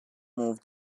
move